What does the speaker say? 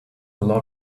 lot